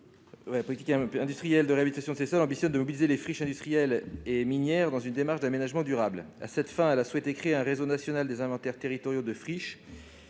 publiques et industrielles de réhabilitation de ces sols, dont cet amendement est issu, ambitionne de mobiliser les friches industrielles et minières dans une démarche d'aménagement durable. À cette fin, elle a souhaité créer un réseau national des inventaires territoriaux de friches.